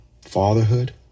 fatherhood